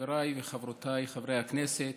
חבריי וחברותי חברי הכנסת,